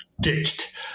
ditched